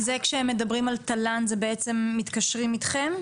כשמדברים על טל"ן, בעצם מתקשרים איתכם.